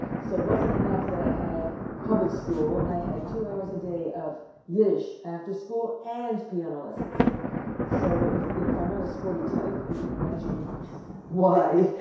so, it wasn't enough that i had public school. i had two hours a day of yiddish after school and piano lessons so if you know if i'm not a sporty type, you can imagine why.